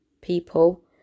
people